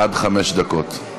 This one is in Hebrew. עד חמש דקות.